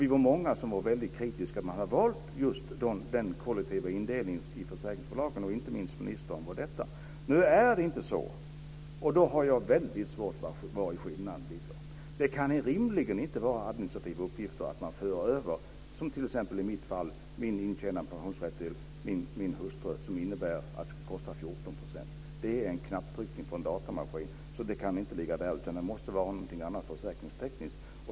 Vi var många som var väldigt kritiska mot att man hade valt den indelningen i försäkringsbolagen - inte minst ministern. Nu är det inte så. Då har jag väldigt svårt att förstå vari skillnaden ligger. Det kan rimligen inte vara någon stor administrativ uppgift att föra över, som i mitt fall, min intjänade pensionsrätt till min hustru. Det kan inte innebära en kostnad på 14 %. Det gör man med en knapptryckning på en datamaskin, så kostnaden kan inte ligga där. Bakgrunden måste vara något försäkringstekniskt.